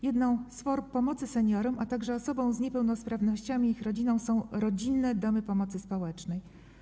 Jedną z form pomocy seniorom, a także osobom z niepełnosprawnościami, ich rodzinom są rodzinne domy pomocy społecznej.